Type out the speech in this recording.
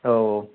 औ